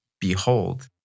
behold